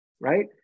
right